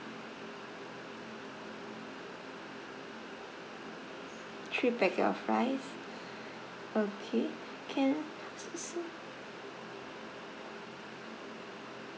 three packet of rice okay can